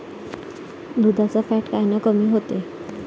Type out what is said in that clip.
दुधाचं फॅट कायनं कमी होते?